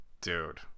dude